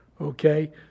Okay